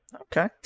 okay